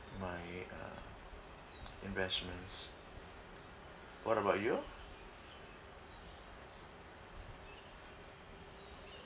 my uh investments what about you